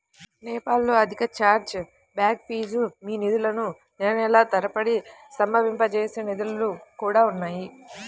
PayPal లో అధిక chargeback fees, మీ నిధులను నెలల తరబడి స్తంభింపజేసే నిబంధనలు కూడా ఉన్నాయి